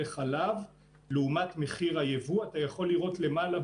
חלב לעומת מחיר הייבוא אתה יכול לראות למעלה,